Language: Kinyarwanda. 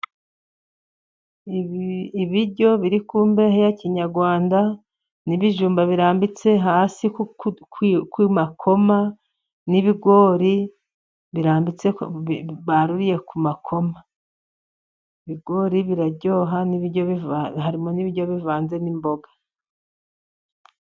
Ibiryo biri ku mbehe ya kinyarwanda n'ibijumba birambitse hasi ku makoma, n'ibigori birambitse baruriye ku makoma. Ibigori biraryoha ni Ibiryo biva harimo n'ibiryo bivanze n'imboga.